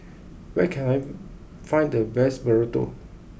where can I find the best Burrito